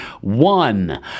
One